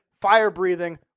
fire-breathing